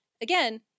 again